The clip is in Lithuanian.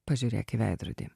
pažiūrėk į veidrodį